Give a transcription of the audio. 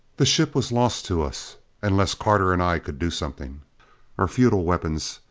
the ship was lost to us unless carter and i could do something our futile weapons!